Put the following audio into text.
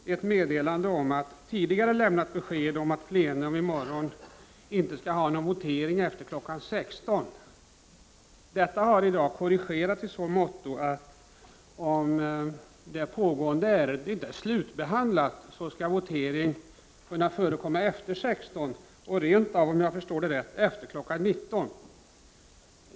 Herr talman! Det har på våra bänkar delats ut ett meddelande om att det vid plenum i morgon inte skall vara någon votering efter kl. 16.00. Detta har i dag korrigerats i så måtto att votering skall kunna förekomma efter kl. 16.00 och rent av, om jag förstår det rätt, efter kl. 19.00, om det pågående ärendet inte är slutbehandlat.